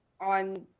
on